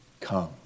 come